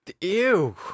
Ew